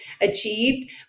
achieved